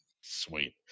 Sweet